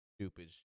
stupid